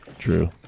True